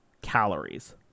Calories